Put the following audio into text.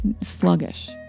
sluggish